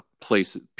places